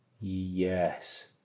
Yes